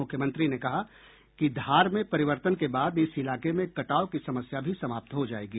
मुख्यमंत्री ने कहा कि धार में परिवर्तन के बाद इस इलाके में कटाव की समस्या भी समाप्त हो जायेगी